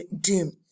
dim